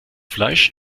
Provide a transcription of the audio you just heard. fleisch